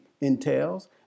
entails